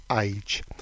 age